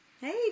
Hey